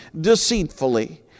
deceitfully